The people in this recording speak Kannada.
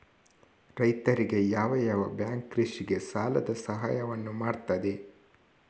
ರೈತರಿಗೆ ಯಾವ ಯಾವ ಬ್ಯಾಂಕ್ ಕೃಷಿಗೆ ಸಾಲದ ಸಹಾಯವನ್ನು ಮಾಡ್ತದೆ?